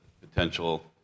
potential